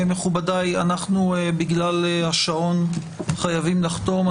מכובדיי, בגלל השעון אנחנו חייבים לחתום.